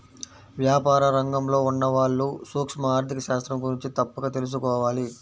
వ్యాపార రంగంలో ఉన్నవాళ్ళు సూక్ష్మ ఆర్ధిక శాస్త్రం గురించి తప్పక తెలుసుకోవాలి